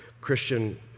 Christian